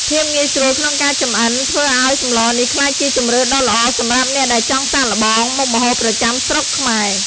ភាពងាយស្រួលក្នុងការចម្អិនធ្វើឱ្យសម្លនេះក្លាយជាជម្រើសដ៏ល្អសម្រាប់អ្នកដែលចង់សាកល្បងមុខម្ហូបប្រចាំស្រុកខ្មែរ។